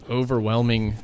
overwhelming